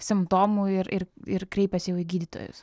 simptomų ir ir ir kreipias jau į gydytojus